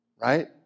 Right